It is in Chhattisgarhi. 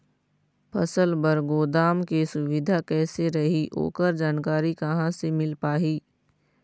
फसल बर गोदाम के सुविधा कैसे रही ओकर जानकारी कहा से मिल पाही?